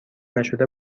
نشده